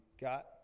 got